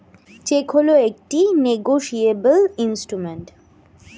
check হল একটি negotiable instrument